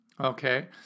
Okay